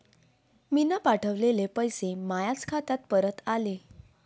मीन पावठवलेले पैसे मायाच खात्यात परत आले